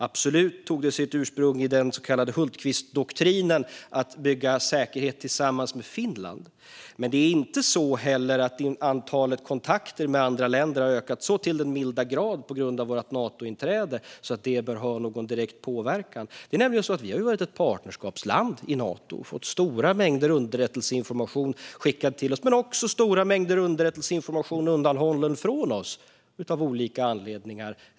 Absolut tog det sitt ursprung i den så kallade Hultqvistdoktrinen, att bygga säkerhet tillsammans med Finland, men det är inte heller så att antalet kontakter med andra har ökat så till den milda grad på grund av vårt Natointräde att det bör ha någon direkt påverkan. Det är nämligen så att vi har varit ett partnerskapsland till Nato och fått stora mängder underrättelseinformation skickad till oss men också stora mängder underrättelseinformation undanhållen från oss av olika anledningar.